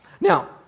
Now